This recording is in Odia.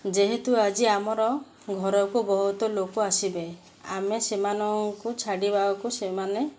ଯେହେତୁ ଆଜି ଆମର ଘରକୁ ବହୁତ ଲୋକ ଆସିବେ ଆମେ ସେମାନଙ୍କୁ ଛାଡ଼ିବାକୁ ସେମାନେ